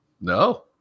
No